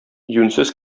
юньсез